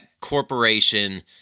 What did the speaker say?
corporation